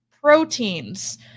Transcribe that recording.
proteins